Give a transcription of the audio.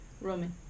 Roman